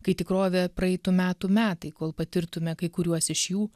kai tikrovėje praeitų metų metai kol patirtume kai kuriuos iš jų